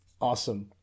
Awesome